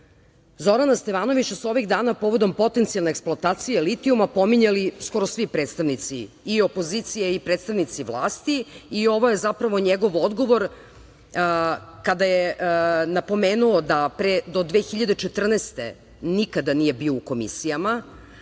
Stevanovića su ovih dana povodom potencijalne eksploatacije litijuma pominjali skoro svi predstavnici i opozicije i predstavnici vlasti i ovo je zapravo njegovo odgovor kada je napomenuo da do 2014. godine nikada nije bio u komisijama.